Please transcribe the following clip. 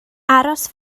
aros